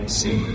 see